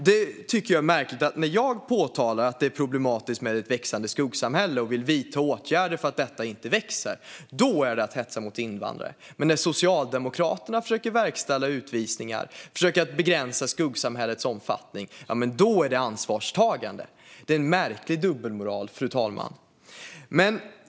Jag tycker att det är märkligt att när jag påtalar att det är problematiskt med ett växande skuggsamhälle och vill vidta åtgärder för att detta inte ska växa ytterligare är det att hetsa mot invandrare. Men när Socialdemokraterna försöker verkställa utvisningar och begränsa skuggsamhällets omfattning är det ansvarstagande. Det är en märklig dubbelmoral, fru talman.